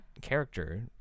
character